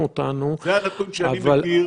יש איזו שהיא בקרה,